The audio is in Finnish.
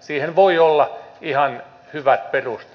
siihen voi olla ihan hyvät perusteet